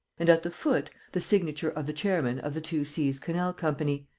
and, at the foot, the signature of the chairman of the two-seas canal company,